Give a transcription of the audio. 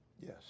Yes